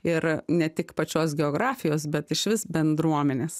ir a ne tik pačios geografijos bet išvis bendruomenės